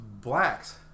Blacks